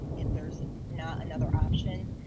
if there's not another option.